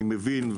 אני מבין,